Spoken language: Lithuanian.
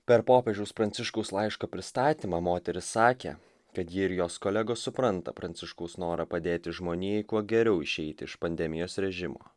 per popiežiaus pranciškaus laiško pristatymą moteris sakė kad ji ir jos kolegos supranta pranciškaus norą padėti žmonijai kuo geriau išeiti iš pandemijos režimo